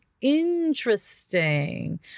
Interesting